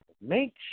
Make